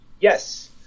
Yes